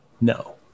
No